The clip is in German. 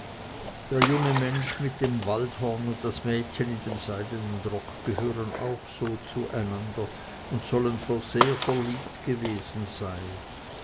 der junge mensch mit dem waldhorn und das mädchen in dem seidenen rock gehören auch so zueinander und sollen sehr verliebt gewesen sein